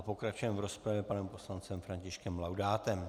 Pokračujeme v rozpravě panem poslancem Františkem Laudátem.